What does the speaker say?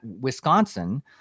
Wisconsin